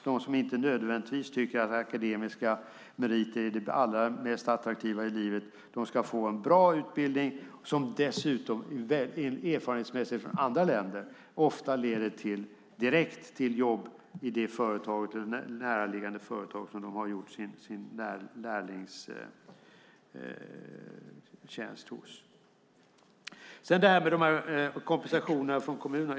De som inte nödvändigtvis tycker att akademiska meriter är det allra mest attraktiva i livet ska få en bra utbildning som dessutom, erfarenhetsmässigt från andra länder, ofta leder direkt till jobb i det företag där de har gjort sin lärlingstjänst eller i närliggande företag. Sedan har vi detta med kompensationer när det gäller kommunerna.